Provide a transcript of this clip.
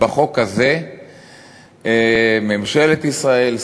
בחוק הזה ממשלת ישראל,